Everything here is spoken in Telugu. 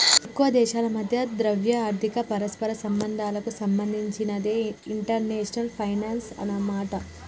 ఎక్కువ దేశాల మధ్య ద్రవ్య ఆర్థిక పరస్పర సంబంధాలకు సంబంధించినదే ఇంటర్నేషనల్ ఫైనాన్సు అన్నమాట